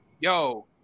yo